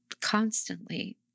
constantly